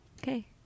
okay